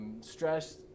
stress